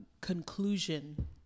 conclusion